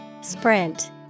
Sprint